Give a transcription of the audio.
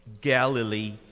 Galilee